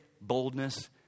boldness